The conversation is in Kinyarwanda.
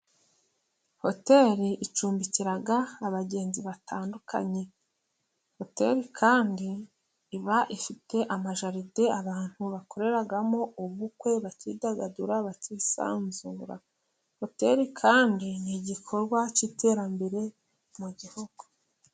Hoteli icumbikira abagenzi batandukanye, hoteli kandi iba ifite amajaride abantu bakoreramo ubukwe bakidagadura bakisanzura, hoteli kandi ni igikorwa cy'iterambere mu gihugu.